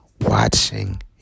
Watching